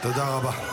תודה רבה.